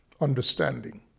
understanding